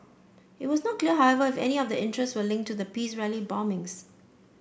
it was not clear however if any of the arrests were linked to the peace rally bombings